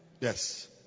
Yes